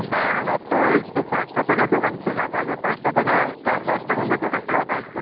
হ্যাঁ আমার তো এই তো পাঁচটা থেকে দোকান খোলা থাকবে পাঁচটা থেকে রাত দশটা পর্যন্ত দোকান খোলা থাকবে